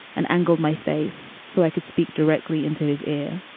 and angled my face so i could speak directly into his ear.